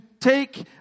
take